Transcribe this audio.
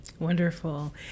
Wonderful